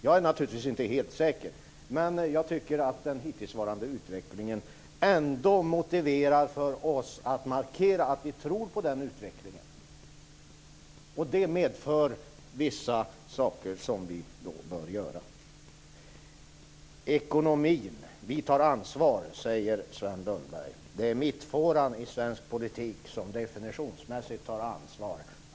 Jag är naturligtvis inte helt säker, men jag tycker att den hittillsvarande utveckling ändå motiverar oss att markera att vi tror på den utvecklingen. Det medför vissa saker som vi bör göra. Vi tar ansvar för ekonomin, säger Sven Lundberg. Det är mittfåran i svensk politik som definitionsmässigt tar ansvar.